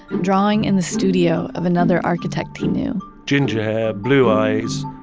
drawing in the studio of another architect he knew ginger hair, blue eyes.